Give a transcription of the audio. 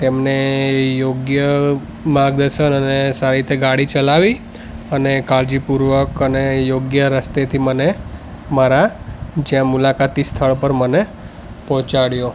તેમણે યોગ્ય માર્ગદર્શન અને સારી રીતે ગાડી ચલાવી અને કાળજીપૂર્વક અને યોગ્ય રસ્તેથી મને મારા જ્યાં મુલાકાતી સ્થળ પર મને પહોંચાડ઼્યો